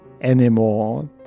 anymore